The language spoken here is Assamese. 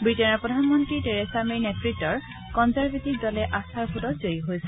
বৃটেইনৰ প্ৰধানমন্ত্ৰী তেৰেচা মেৰ নেতৃত্বৰ কনজাৰভেটিভ দলে আস্থাৰ ভোটত জয়ী হৈছে